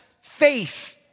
faith